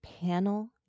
panel